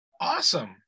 Awesome